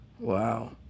Wow